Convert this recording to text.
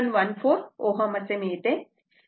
714 Ω असे मिळते